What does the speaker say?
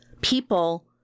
people